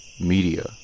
Media